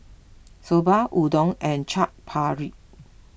Soba Udon and Chaat Papri